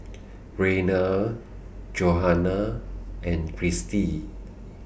Rayna Johanna and Kirstie